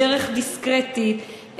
בדרך דיסקרטית,